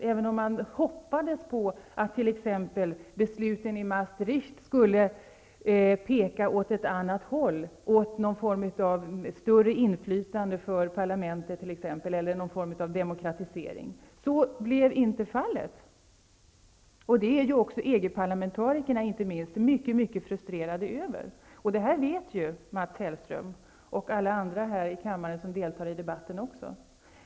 Man kanske hade hoppats att besluten i Maastricht skulle peka åt ett annat håll, åt någon form av större inflytande för parlamentet, t.ex., eller någon annan form av demokratisering. Men så blev inte fallet. Detta är också inte minst EG-parlamentarikerna mycket frustrerade över. Detta vet Mats Hellström och alla andra i denna kammare som deltar i debatten.